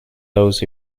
those